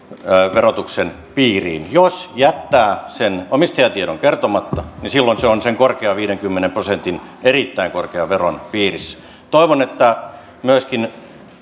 verotuksen piiriin jos jättää sen omistajatiedon kertomatta silloin se on sen erittäin korkean viidenkymmenen prosentin veron piirissä toivon että myöskin